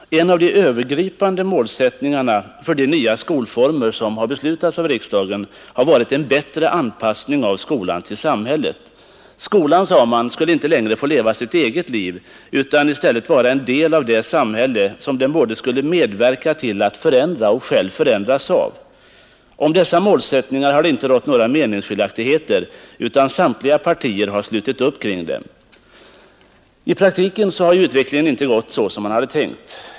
En av de övergripande målsättningarna för de nya skolformer som beslutats av riksdagen har varit en bättre anpassning av skolan till samhället. Skolan, sade man, skulle inte längre få leva sitt eget liv utan i stället vara en del av det samhälle som den både skulle medverka till att förändra och själv förändras av. Om dessa målsättningar har det inte rått några meningsskiljaktigheter, utan samtliga partier har slutit upp kring dem. I praktiken har utvecklingen emellertid inte gått så som man tänkt.